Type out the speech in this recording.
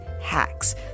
hacks